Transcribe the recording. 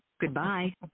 Goodbye